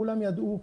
כולם ידעו,